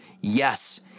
yes